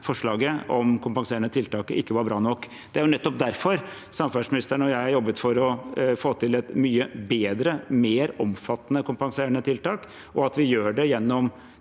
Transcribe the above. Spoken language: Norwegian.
forslaget om kompenserende tiltak ikke var bra nok. Det er nettopp derfor samferdselsministeren og jeg har jobbet for å få til et mye bedre, mer omfattende, kompenserende tiltak, og vi gjør det gjennom